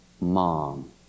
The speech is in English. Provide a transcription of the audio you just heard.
mom